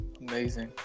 amazing